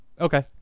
Okay